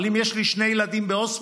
אבל אם יש לי שני ילדים בהוסטל,